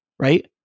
right